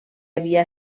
havia